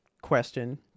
question